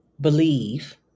believe